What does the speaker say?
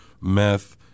meth